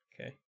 Okay